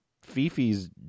Fifi's